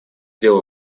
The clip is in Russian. делу